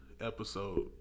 episode